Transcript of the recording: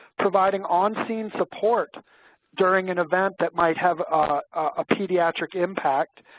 providing on-scene support during an event that might have a pediatric impact,